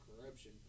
corruption